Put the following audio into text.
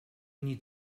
need